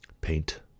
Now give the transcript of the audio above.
paint